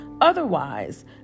Otherwise